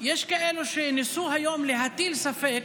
יש כאלו שניסו היום להטיל ספק